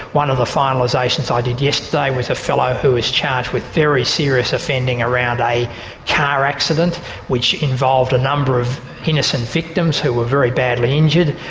one of the finalisations i did yesterday was fellow who was charged with very serious offending around a car accident which involved a number of innocent victims who were very badly injured.